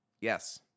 yes